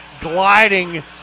gliding